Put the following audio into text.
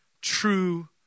true